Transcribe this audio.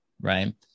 Right